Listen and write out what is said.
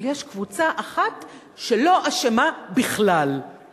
אבל יש קבוצה אחת שלא אשמה בכלל,